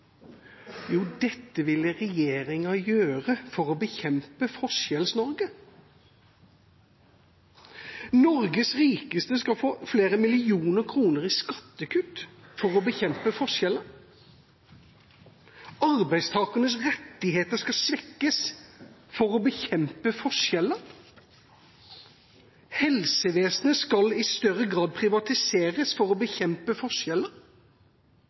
Jo, dette ville regjeringa gjøre for å bekjempe Forskjells-Norge: Norges rikeste skal få flere millioner kroner i skattekutt for å bekjempe forskjeller. Arbeidstakernes rettigheter skal svekkes for å bekjempe forskjeller. Helsevesenet skal i større grad privatiseres for å bekjempe forskjeller.